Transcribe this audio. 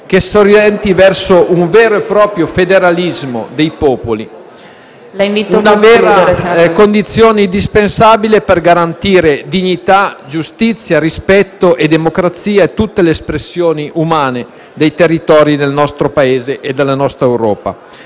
che si orienti verso un vero e proprio federalismo dei popoli. Condizione indispensabile per garantire dignità, giustizia, rispetto e democrazia a tutte le espressioni umane dei territori del nostro Paese e della nostra Europa.